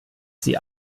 sie